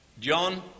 John